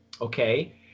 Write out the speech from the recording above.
Okay